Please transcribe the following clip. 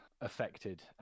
affected